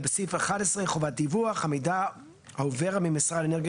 בסעיף 11 "חובת דיווח" המידע העובר ממשרד האנרגיה